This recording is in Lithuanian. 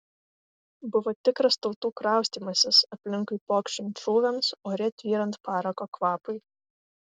buvo tikras tautų kraustymasis aplinkui pokšint šūviams ore tvyrant parako kvapui